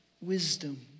Wisdom